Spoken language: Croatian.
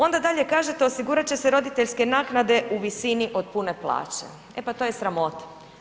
Onda dalje kažete osigurat će se roditeljske naknade u visini od pune plaće, e pa to je sramota.